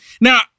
now